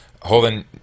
Holden